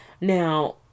Now